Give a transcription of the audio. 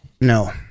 no